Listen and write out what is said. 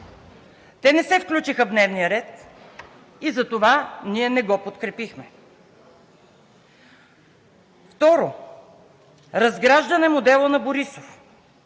те не се включиха в дневния ред и затова ние не го подкрепихме. Второ, разграждане на модела на Борисов.